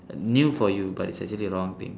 new for you but it's actually wrong thing